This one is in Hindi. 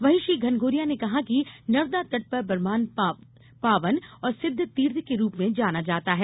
वहीं श्री घनघोरिया ने कहा कि नर्मदा तट पर बरमान पावन और सिद्ध तीर्थ के रूप में जाना जाता है